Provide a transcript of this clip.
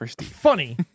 Funny